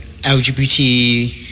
LGBT